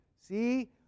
See